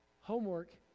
homework